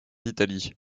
italie